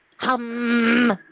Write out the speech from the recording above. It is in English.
Hum